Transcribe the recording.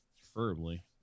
preferably